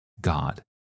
God